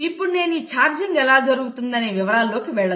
ఇప్పుడు నేను ఈ ఛార్జింగ్ ఎలా జరుగుతుందనే వివరాలలోకి వెళ్ళను